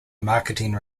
marketing